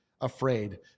afraid